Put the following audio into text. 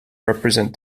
represent